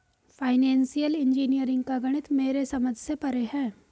financial engineering का गणित मेरे समझ से परे है